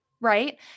Right